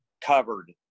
covered